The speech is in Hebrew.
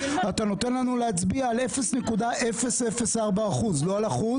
אתה נותן לנו להצביע על 0.004%. לא על 1%,